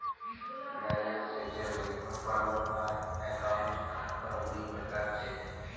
balance शीटेर report form आर account form दी प्रकार छिके